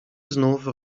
znów